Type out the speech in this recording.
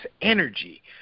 energy